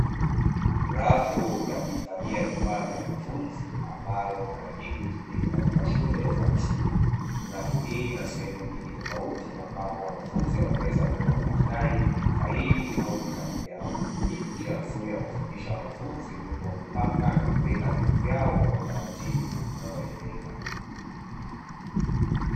Rafu ya kuhifadhia vifaa vya wanafunzi, ambalo mara nyingi hutumika katika shule za msingi. Rafu hii ina sehemu nyingi tofauti ambapo wanafunzi wanaweza kuweka madaftari, faili au vitabu vyao. Hii ni njia nzuri ya kuwafundisha wanafunzi umuhimu wa kupanga na kuweka vitu vyao kwa utaratibu unaoeleweka.